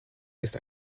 ist